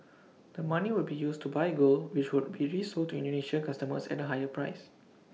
the money would be used to buy gold which would be resold to Indonesian customers at A higher price